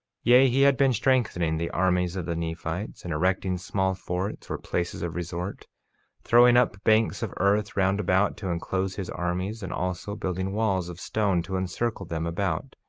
yea, he had been strengthening the armies of the nephites, and erecting small forts, or places of resort throwing up banks of earth round about to enclose his armies, and also building walls of stone to encircle them about,